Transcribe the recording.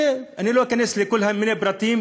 לא אכנס לכל מיני פרטים,